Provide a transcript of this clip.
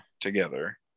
together